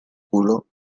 culo